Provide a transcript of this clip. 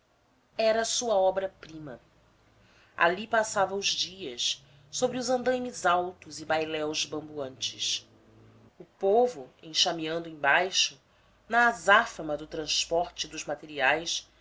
a sua obra-prima ali passava os dias sobre os andaimes altos e bailéus bamboantes o povo enxameando embaixo na azáfama do transporte dos materiais